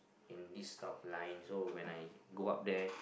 in this type of line so when I go up there